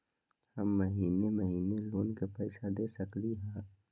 हम महिने महिने लोन के पैसा दे सकली ह?